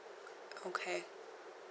okay